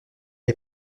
est